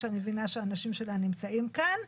שאני מבינה שהאנשים שלה נמצאים כאן?